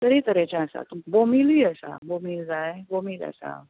तरे तरेचें आसा बोंबीलूय आसा बोंबील जाय बोंबील आसा